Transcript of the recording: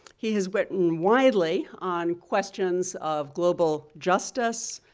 he has written widely on questions of global justice,